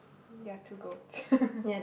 there're two goats